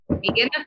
Begin